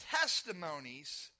testimonies